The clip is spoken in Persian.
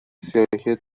سیاهی